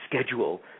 schedule